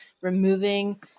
removing